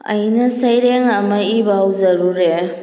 ꯑꯩꯅ ꯁꯩꯔꯦꯡ ꯑꯃ ꯏꯕ ꯍꯧꯖꯔꯨꯔꯦ